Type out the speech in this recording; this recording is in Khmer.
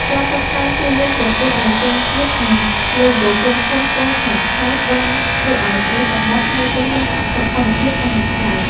ការតុបតែងទីលានប្រកួតដោយទង់ជាតិ និងឡូហ្គោក្រុមហ៊ុនពណ៌ឆើតៗ បានធ្វើឱ្យឆ្នេរសមុទ្រមើលទៅមានសោភ័ណភាពកាន់តែប្លែក។